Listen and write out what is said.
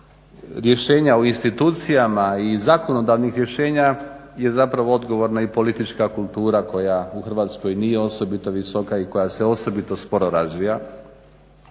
rješenja u institucijama i zakonodavnih rješenja je zapravo odgovorna i politička kultura koja u Hrvatskoj nije osobito visoka i koja se osobino sporo razvoja.